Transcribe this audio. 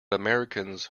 americans